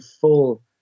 full